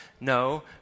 No